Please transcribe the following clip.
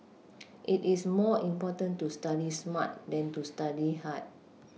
it is more important to study smart than to study hard